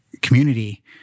community